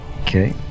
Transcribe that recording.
okay